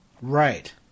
Right